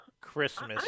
Christmas